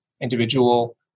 individual